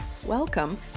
Welcome